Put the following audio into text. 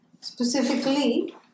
Specifically